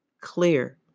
clear